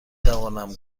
توانم